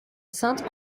sainte